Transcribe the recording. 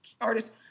artists